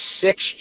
six